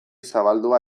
zabaldua